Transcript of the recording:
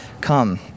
come